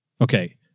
Okay